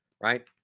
Right